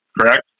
correct